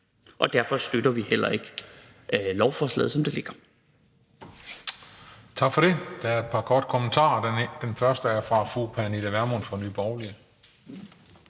Derfor støtter vi heller ikke i lovforslaget, som det ligger.